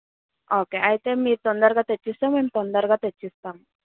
okay అయితే మీరు తొందరగా తెచ్చి ఇస్తే మేము తొందరగా తెచ్చిస్తాము